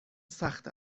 سخت